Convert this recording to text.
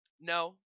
no